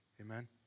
Amen